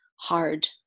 hard